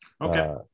Okay